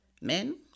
Men